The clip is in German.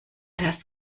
das